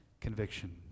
conviction